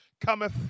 cometh